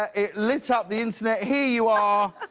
ah it lit up the internet. here you are.